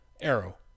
Arrow